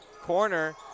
corner